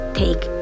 take